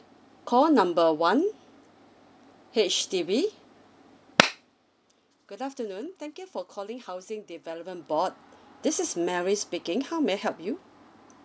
call number one H_D_B good afternoon thank you for calling housing development board this is mary speaking how may I help you